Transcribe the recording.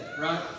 right